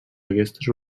aquestes